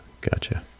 Gotcha